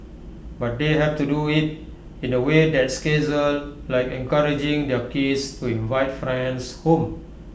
but they have to do IT in A way that's casual like encouraging their kids to invite friends home